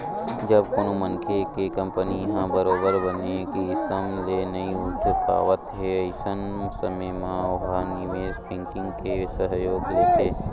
जब कोनो मनखे के कंपनी ह बरोबर बने किसम ले नइ उठ पावत हे अइसन समे म ओहा निवेस बेंकिग के सहयोग लेथे